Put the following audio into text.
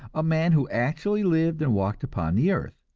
a man who actually lived and walked upon the earth.